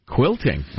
Quilting